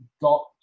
got